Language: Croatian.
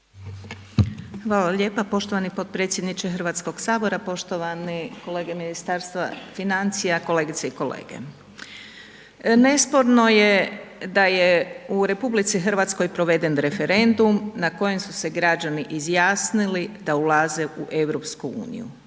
Hvala lijepa poštovani potpredsjedniče Hrvatskog sabora. Poštovani kolege Ministarstva financija, kolegice i kolege, nesporno je da je u RH proveden referendum na kojem su se građani izjasnili da ulaze u EU. Na temelju